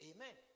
Amen